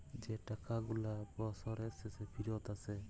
যে টাকা গুলা বসরের শেষে ফিরত আসে